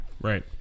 Right